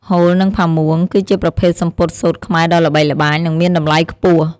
ហូល និងផាមួង គឺជាប្រភេទសំពត់សូត្រខ្មែរដ៏ល្បីល្បាញ និងមានតម្លៃខ្ពស់។